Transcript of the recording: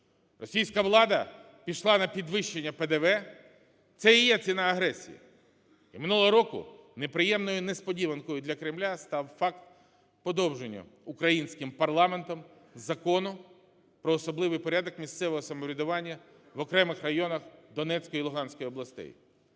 Російська влада пішла на підвищення ПДВ. Це і є ціна агресії. Минулого року неприємною несподіванкою для Кремля став факт подовження українським парламентом Закону "Про особливий порядок місцевого самоврядування в окремих районах Донецької і Луганської областей".